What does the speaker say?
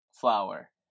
flower